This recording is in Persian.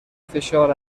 فشار